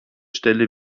stelle